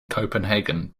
copenhagen